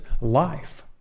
life